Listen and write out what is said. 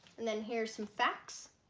and then here's some facts